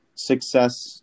success